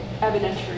evidentiary